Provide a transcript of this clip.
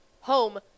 home